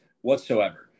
whatsoever